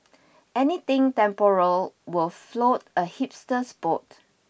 anything temporal will float a hipster's boat